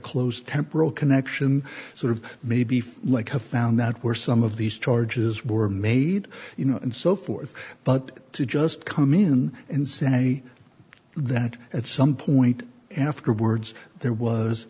close temporal connection sort of maybe for like have found out where some of these charges were made you know and so forth but to just come in and say that at some point and afterwards there was